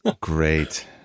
great